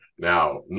Now